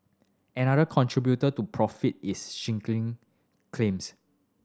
another contributor to profit is shrinking claims